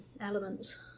elements